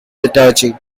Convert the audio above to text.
liturgy